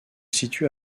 situe